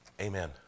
Amen